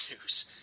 news